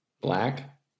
Black